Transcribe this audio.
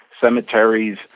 cemeteries